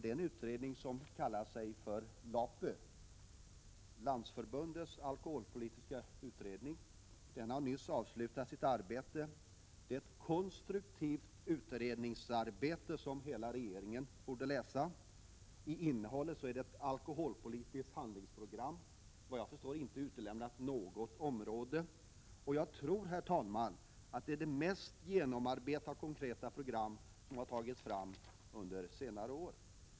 Det är en utredning som kallas LAPU, landsförbundets alkoholpolitiska utredning, som nyss har avslutats sitt arbete. Det är ett konstruktivt utredningsarbete, som hela regeringen borde läsa. Den innehåller ett alkoholpolitiskt handlingsprogram där inte något område utelämnas. Jag tror, herr talman, att det är det mest genomarbetade och konkreta program som har tagits fram under senare år.